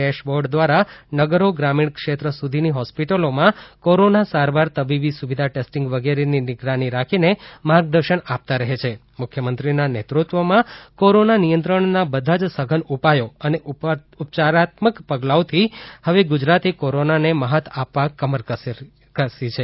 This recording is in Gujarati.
ડેશ બોર્ડ દ્વારા નગરો ગ્રામિણ ક્ષેત્ર સુધીની હોસ્પિટલોમાં કોરોના સારવાર તબીબી સુવિધા ટેસ્ટીંગ વગેરેની નિગરાની રાખીને માર્ગદર્શન આપતા રહે છે મુખ્યમંત્રીના નેતૃત્વમાં કોરોના નિયંત્રણના બધા જ સઘન ઉપાયો અને ઉપયારાત્મક પગલાંઓથી હવે ગુજરાતે કોરોનાને મ્હાત આપવા કમર કસી છે